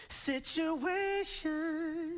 situation